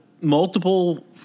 multiple